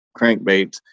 crankbaits